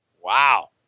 Wow